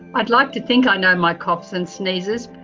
i'd like to think i know my coughs and sneezes.